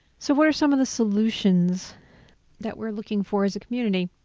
so what are some of the solutions that we're looking for as a community?